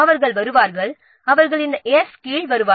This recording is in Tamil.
அவை இந்த 's' இன் கீழ் வரும்